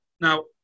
Now